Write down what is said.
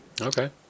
Okay